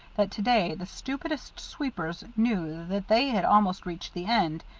that to-day the stupidest sweepers knew that they had almost reached the end,